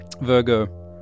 Virgo